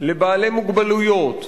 לבעלי מוגבלויות,